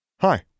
Hi